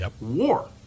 War